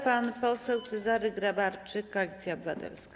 Pan poseł Cezary Grabarczyk, Koalicja Obywatelska.